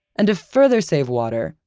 and to further save water,